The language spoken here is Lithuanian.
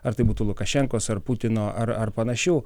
ar tai būtų lukašenkos ar putino ar ar panašių